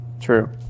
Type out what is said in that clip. True